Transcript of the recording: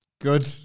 Good